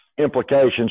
implications